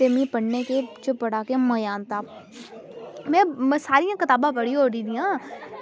ते मिगी पढ़ने च ते बड़ा गै मज़ा आंदा में सारियां कताबां पढ़ी ओड़दियां